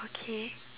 okay